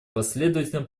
последовательно